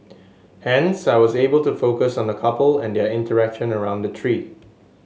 hence I was able to focus on the couple and their interaction around the tree